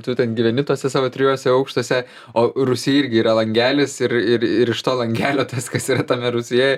tu ten gyveni tuose savo trijuose aukštuose o rūsy irgi yra langelis ir ir ir iš to langelio tas kas yra tame rūsyje